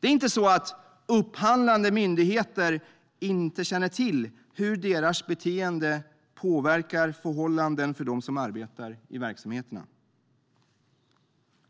Det är inte så att upphandlande myndigheter inte känner till hur deras beteende påverkar förhållanden för dem som arbetar i verksamheterna.